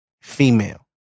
Female